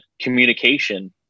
communication